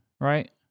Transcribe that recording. right